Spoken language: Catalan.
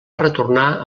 retornar